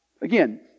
Again